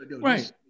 right